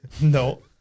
No